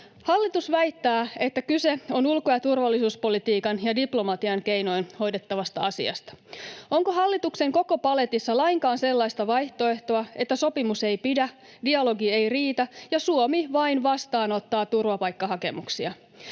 Hallitus väittää, että kyse on ulko- ja turvallisuuspolitiikan ja diplomatian keinoin hoidettavasta asiasta. Onko hallituksen koko paletissa lainkaan sellaista vaihtoehtoa, että sopimus ei pidä, dialogi ei riitä — ja Suomi vain vastaanottaa turvapaikkahakemuksia?